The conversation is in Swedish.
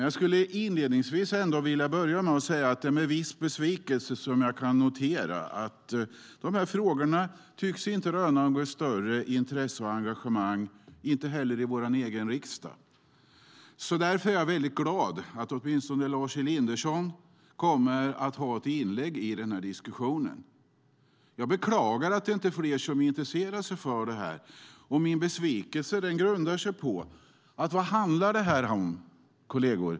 Jag skulle inledningsvis vilja säga att det är med viss besvikelse som jag noterar att dessa frågor inte tycks röna något större intresse och engagemang heller i vår egen riksdag. Därför är jag väldigt glad över att åtminstone Lars Elinderson kommer att ha ett inlägg i diskussionen. Jag beklagar att det inte är fler som intresserar sig för det här, för vad handlar det om, kolleger?